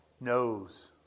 knows